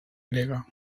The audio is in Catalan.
grega